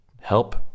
help